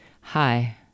Hi